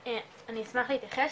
אני אשמח להתייחס,